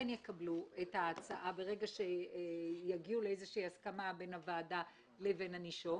כן יקבלו את ההצעה ברגע שיגיעו לאיזושהי הסכמה בין הוועדה לבין הנישום,